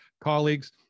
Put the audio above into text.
colleagues